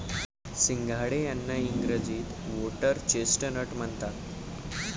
सिंघाडे यांना इंग्रजीत व्होटर्स चेस्टनट म्हणतात